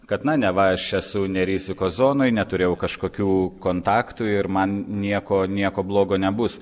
kad na neva aš esu ne rizikos zonoj neturėjau kažkokių kontaktų ir man nieko nieko blogo nebus